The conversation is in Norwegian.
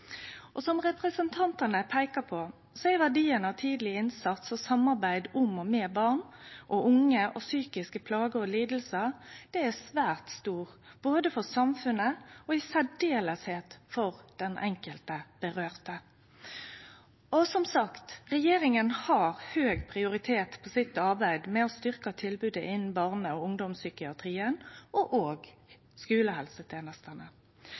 Som fleire representantar har peika på, er verdien av tidleg innsats og samarbeid om og med barn og unge om psykiske plager og lidingar svært stor, både for samfunnet og særleg for den enkelte det gjeld. Som sagt har regjeringa høg prioritet på arbeidet sitt med å styrkje tilbodet innan barne- og ungdomspsykiatrien og også skulehelsetenesta. Opptrappingsplanen for barn og